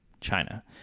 China